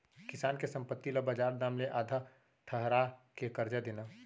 किसान के संपत्ति ल बजार दाम ले आधा ठहरा के करजा देना